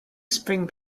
spring